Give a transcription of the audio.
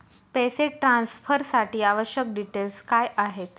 पैसे ट्रान्सफरसाठी आवश्यक डिटेल्स काय आहेत?